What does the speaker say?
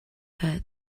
but